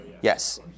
Yes